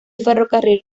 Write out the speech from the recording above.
ferrocarril